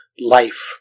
life